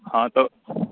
हँ तऽ